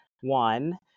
one